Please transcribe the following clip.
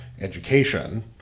education